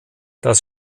das